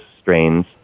strains